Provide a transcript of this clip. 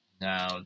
Now